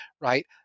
right